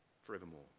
forevermore